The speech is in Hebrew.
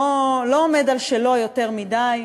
לא עומד על שלו יותר מדי.